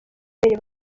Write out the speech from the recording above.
babiri